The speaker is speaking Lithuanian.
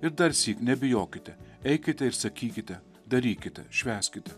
ir darsyk nebijokite eikite ir sakykite darykite švęskite